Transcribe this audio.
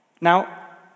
Now